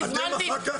אני הזמנתי,